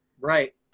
Right